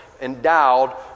Endowed